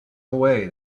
way